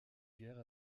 guerre